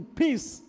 peace